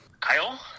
Kyle